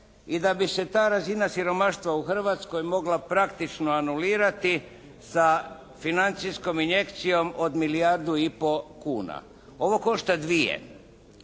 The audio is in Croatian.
i da bi se ta razina siromaštva u Hrvatskoj mogla praktično anulirati sa financijskom injekcijom od milijardu i po kuna. Ovo košta dvije.